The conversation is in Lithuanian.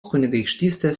kunigaikštystės